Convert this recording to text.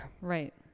right